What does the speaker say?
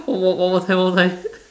one more one more time one more time